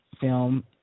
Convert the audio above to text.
film